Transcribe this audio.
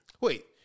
Wait